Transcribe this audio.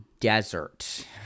desert